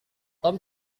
tom